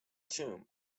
tomb